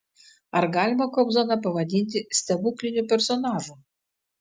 ar galima kobzoną pavadinti stebukliniu personažu